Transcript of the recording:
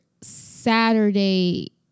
Saturday